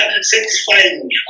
satisfying